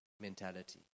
mentality